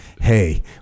hey